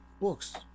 books